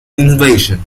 invasion